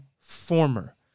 former